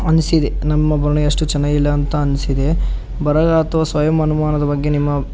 ಅನ್ಸಿದೆ ನಮ್ಮ ಬರವಣಿಗೆ ಅಷ್ಟು ಚೆನ್ನಾಗಿಲ್ಲ ಅಂತ ಅನ್ಸಿದೆ ಬರಹ ಅಥವಾ ಸ್ವಯಂ ಅನುಮಾನದ ಬಗ್ಗೆ ನಿಮ್ಮ